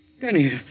Danny